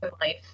life